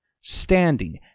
standing